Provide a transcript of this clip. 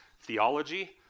Theology